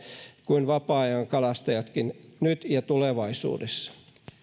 kuin vapaa ajankalastajatkin nyt ja tulevaisuudessa ja